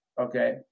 okay